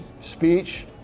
speech